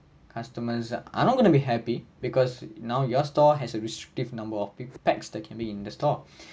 customers are not gonna be happy because now your store has a restrictive number of peo~ packs that can be in the store